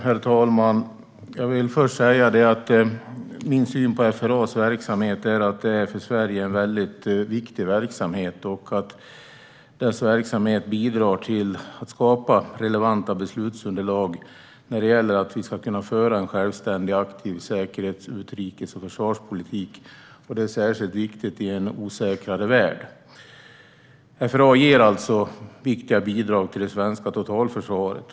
Herr talman! Min syn är att FRA:s verksamhet är mycket viktig för Sverige. Denna verksamhet bidrar till att skapa relevanta beslutsunderlag för att vi ska kunna föra en självständig, aktiv säkerhets, utrikes och försvarspolitik. Det är särskilt viktigt i en osäkrare värld. FRA ger alltså viktiga bidrag till det svenska totalförsvaret.